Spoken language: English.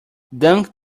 dunk